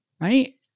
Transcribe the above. right